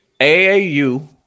AAU